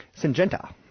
Syngenta